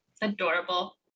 Adorable